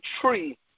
tree